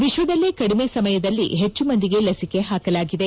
ವಿಶ್ವದಲ್ಲೇ ಕಡಿಮೆ ಸಮಯದಲ್ಲಿ ಹೆಚ್ಚು ಮಂದಿಗೆ ಲಸಿಕೆ ಹಾಕಲಾಗಿದೆ